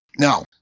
Now